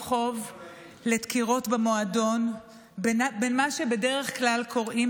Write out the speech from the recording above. // בין הישנים ברחוב לדקירות במועדון / בין מה שבדרך כלל קוראים